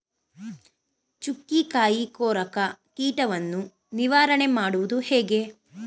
ಚುಕ್ಕಿಕಾಯಿ ಕೊರಕ ಕೀಟವನ್ನು ನಿವಾರಣೆ ಮಾಡುವುದು ಹೇಗೆ?